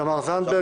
תמר זנדברג.